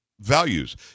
values